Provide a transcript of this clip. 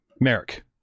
Merrick